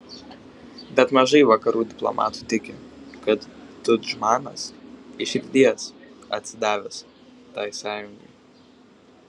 bet mažai vakarų diplomatų tiki kad tudžmanas iš širdies atsidavęs tai sąjungai